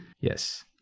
Yes